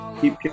Keep